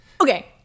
Okay